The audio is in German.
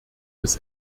bis